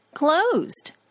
Closed